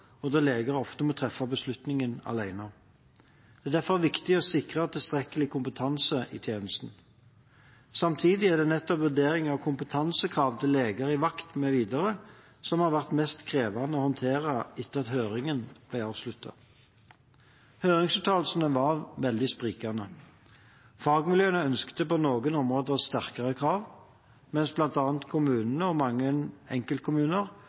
kompetansekrav til leger i vakt mv. som har vært mest krevende å håndtere etter at høringen ble avsluttet. Høringsuttalelsene var veldig sprikende: Fagmiljøene ønsket på noen områder sterkere krav, mens bl.a. KS og mange enkeltkommuner